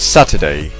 Saturday